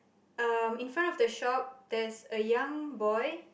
um in front of the shop there's a young boy